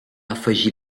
afegir